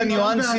בניואנסים